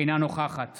אינה נוכחת